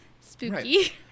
spooky